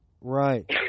Right